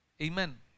Amen